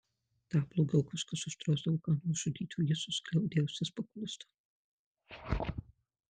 dar blogiau kažkas uždrausdavo ką nors žudyti o jie suskliaudę ausis paklusdavo